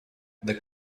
the